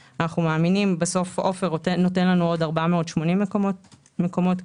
ומאמינים בסוף עופר נותן לנו עוד 480 מקומות כליאה,